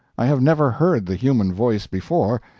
i have never heard the human voice before,